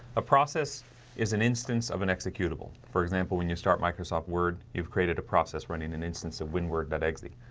a? process is an instance of an executable. for example, when you start microsoft word, you've created a process running an instance of windward that eggsy